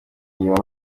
inyuma